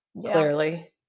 clearly